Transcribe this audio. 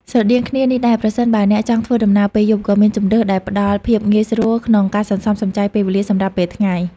ស្រដៀងគ្នានេះដែរ ប្រសិនបើអ្នកចង់ធ្វើដំណើរពេលយប់ ក៏មានជម្រើសដែលផ្តល់ភាពងាយស្រួលក្នុងការសន្សំសំចៃពេលវេលាសម្រាប់ពេលថ្ងៃ។